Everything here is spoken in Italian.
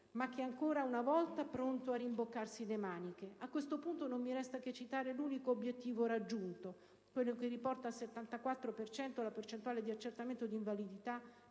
ma che è ancora una volta pronto a rimboccarsi le maniche. A questo punto non mi resta che citare l'unico obiettivo raggiunto, quello che riporta al 74 per cento la percentuale di accertamento di invalidità